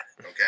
okay